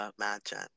imagine